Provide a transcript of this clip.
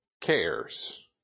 cares